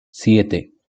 siete